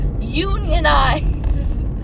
Unionize